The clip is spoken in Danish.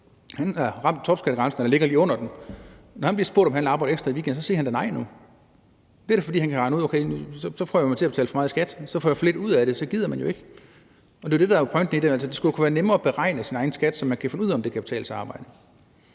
Han er ramt af topskattegrænsen – eller ligger lige under den – og når han bliver spurgt, om han vil arbejde ekstra i weekenden, siger han da nej nu. Det er da, fordi han kan regne ud, at han kommer til at betale for meget i skat, og at han får for lidt ud af det – og så gider man jo ikke. Det er jo det, der er pointen i det. Det skal være nemmere at beregne sin egen skat, så man kan finde ud af, om det kan betale sig at arbejde.